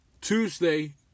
Tuesday